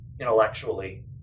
intellectually